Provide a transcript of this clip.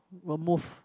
will move